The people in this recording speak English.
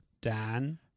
Dan